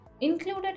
Included